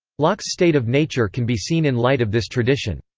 locke's state of nature can be seen in light of this tradition.